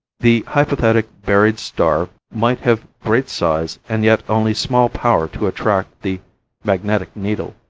the hypothetic buried star might have great size and yet only small power to attract the magnetic needle.